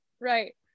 right